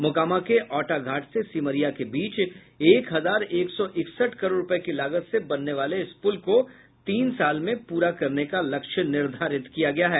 मोकामा के औटाघाट से सिमरिया के बीच एक हजार एक सौ इकसठ करोड़ रूपये की लागत से बनने वाले इस पुल को तीन साल में पूरा करने का लक्ष्य निर्धारित किया गया है